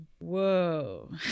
whoa